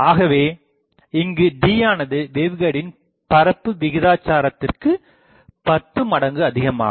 ஆகவே இங்கு Dயானது வேவ்கைடின் பரப்பு விகிதச்சாரத்திற்க்கு 10 மடங்கு அதிகமாகும்